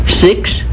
Six